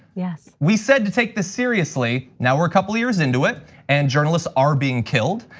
yes. we said to take this seriously, now we're a couple of years into it and journalists are being killed.